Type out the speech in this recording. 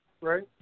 Right